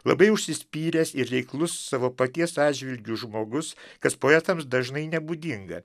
labai užsispyręs ir reiklus savo paties atžvilgiu žmogus kas poetams dažnai nebūdinga